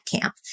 camp